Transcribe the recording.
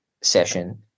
session